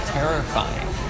terrifying